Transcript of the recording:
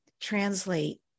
translate